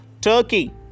Turkey